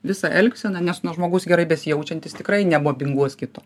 visą elgseną nes nu žmogus gerai besijaučiantis tikrai nemobinguos kito